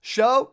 Show